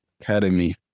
Academy